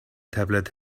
tablet